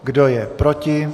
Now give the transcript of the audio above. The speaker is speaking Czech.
Kdo je proti?